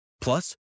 Plus